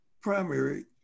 primary